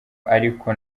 ariko